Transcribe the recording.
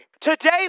Today